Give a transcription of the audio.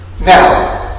Now